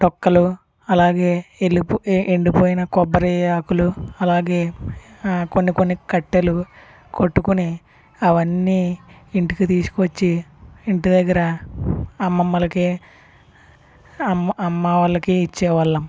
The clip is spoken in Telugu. డొక్కలు అలాగే ఎల్లిపో ఎండిపోయిన కొబ్బరి ఆకులు అలాగే కొన్ని కొన్ని కట్టెలు కొట్టుకొని అవన్నీ ఇంటికి తీసుకువచ్చి ఇంటిదగ్గర అమ్మమ్మలకి అమ్మ అమ్మ వాళ్ళకి ఇచ్చేవాళ్ళం